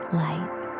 light